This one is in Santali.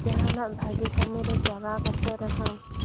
ᱡᱟᱦᱟᱱᱟᱜ ᱵᱷᱟᱹᱜᱤ ᱠᱟᱹᱢᱤᱨᱮ ᱪᱟᱞᱟᱣ ᱠᱟᱛᱮ ᱨᱮᱦᱚᱸ